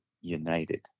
United